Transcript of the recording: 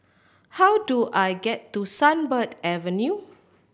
how do I get to Sunbird Avenue